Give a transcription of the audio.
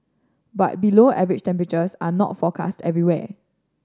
but below average temperatures are not forecast everywhere